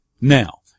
Now